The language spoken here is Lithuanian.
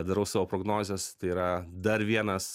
darau savo prognozes tai yra dar vienas